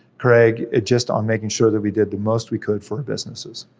craig, just on making sure that we did the most we could for our businesses.